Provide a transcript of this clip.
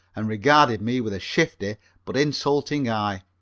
and regarded me with a shifty but insulting eye.